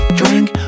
drink